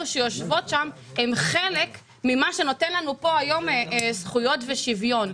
הן חלק ממה שנותן לנו היום זכויות ושוויון.